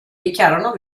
dichiarano